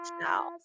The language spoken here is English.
now